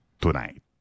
tonight